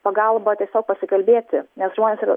pagalba tiesiog pasikalbėti nes žmonės yra